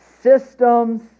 systems